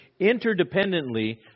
interdependently